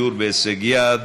119) (דיור בהישג יד),